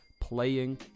Playing